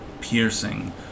piercing